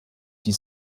die